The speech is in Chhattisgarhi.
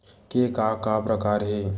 के का का प्रकार हे?